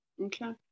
Okay